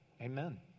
Amen